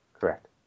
Correct